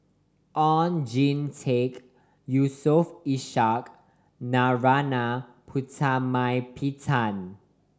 Oon Jin Teik Yusof Ishak Narana Putumaippittan